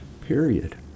period